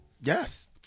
Yes